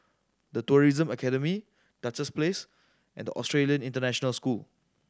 The Tourism Academy Duchess Place and Australian International School